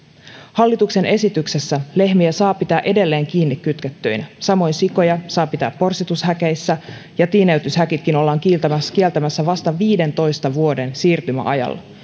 hallituksen esityksessä lehmiä saa pitää edelleen kiinni kytkettyinä samoin sikoja saa pitää porsitushäkeissä ja tiineytyshäkitkin ollaan kieltämässä kieltämässä vasta viidentoista vuoden siirtymäajalla